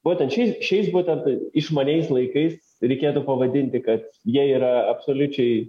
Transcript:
būtent šis šiais būtent išmaniais laikais reikėtų pavadinti kad jie yra absoliučiai